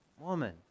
Woman